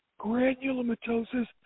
granulomatosis